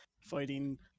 fighting